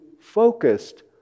focused